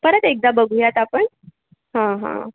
परत एकदा बघूयात आपण हं हं